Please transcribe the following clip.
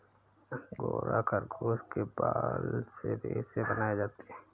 angora खरगोश के बाल से रेशे बनाए जाते हैं